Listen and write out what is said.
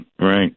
Right